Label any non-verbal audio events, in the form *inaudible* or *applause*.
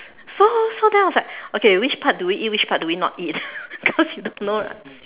so so then I was like okay which part do we eat which part do we not eat *laughs* because you don't know right